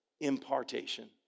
impartation